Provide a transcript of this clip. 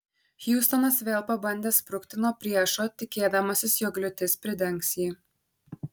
hiustonas vėl pabandė sprukti nuo priešo tikėdamasis jog liūtis pridengs jį